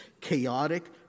chaotic